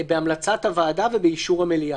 בהמלצת הוועדה ובאישור המליאה.